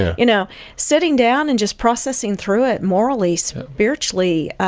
you know sitting down and just processing through it morally, spiritually,